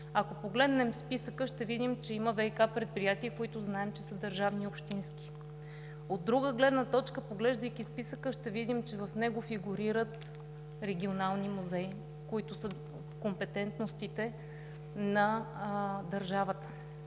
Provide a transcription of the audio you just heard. Ако погледнем списъка, ще видим, че има ВиК предприятия, зя които знаем, че са държавни и общински. От друга гледна точка, поглеждайки списъка, ще видим, че в него фигурират регионални музеи, които са в компетентностите на държавата,